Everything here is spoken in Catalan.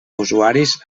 usuaris